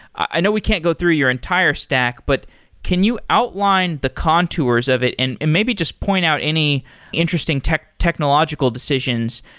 i know we can't go through your entire stack, but can you outline the contours of it and and maybe just point out any interesting technological decisions,